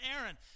Aaron